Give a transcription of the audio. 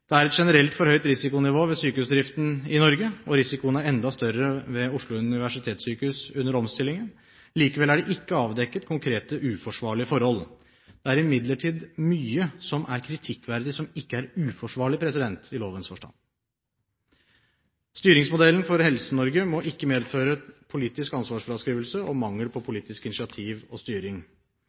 Det er generelt et for høyt risikonivå ved sykehusdriften i Norge, og risikoen er enda større ved Oslo universitetssykehus under omstillingen. Likevel er det ikke avdekket konkrete uforsvarlige forhold. Det er imidlertid mye som er kritikkverdig som ikke er uforsvarlig i lovens forstand. Styringsmodellen for Helse-Norge må ikke medføre politisk ansvarsfraskrivelse og mangel på politisk initiativ og styring.